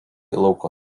lauko